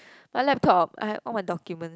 but laptop I have all my documents